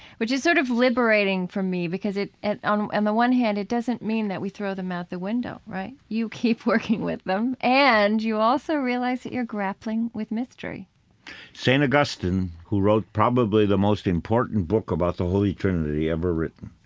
which is sort of liberating for me because it at on and the one hand, it doesn't mean that we throw them out the window, right? you keep working with them and you also realize that you're grappling with mystery st. augustine, who wrote probably the most important book about the holy trinity ever written,